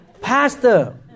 Pastor